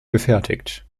gefertigt